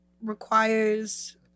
requires